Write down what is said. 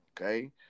Okay